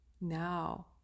now